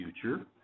future